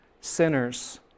sinners